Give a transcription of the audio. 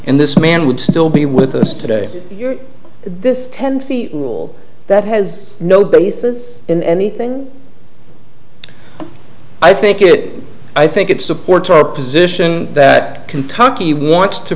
and this man would still be with us today this ten feet wall that has no basis in anything i think it i think it supports our position that kentucky wants to